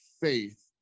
faith